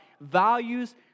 values